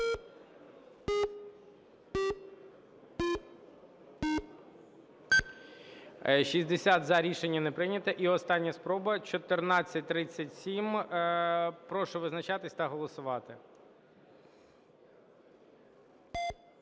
60- за. Рішення не прийнято. І остання спроба 1437. Прошу визначатись та голосувати.